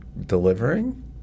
delivering